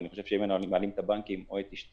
אני חושב שאם היינו מנהלים את הבנקים או את ---,